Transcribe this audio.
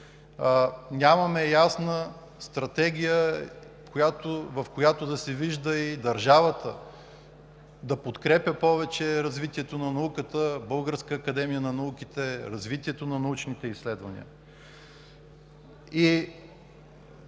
нямаме ясна стратегия, в която да се вижда и държавата – да подкрепя повече развитието на науката, Българската академия на науките, развитието на научните изследвания. И